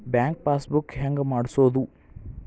Bank pass book ಹೆಂಗ್ ಮಾಡ್ಸೋದು?